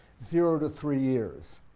zero to three years.